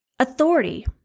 authority